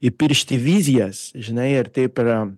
įpiršti vizijas žinai ar taip yra